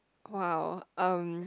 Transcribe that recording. !wow! um